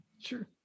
Sure